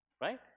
Right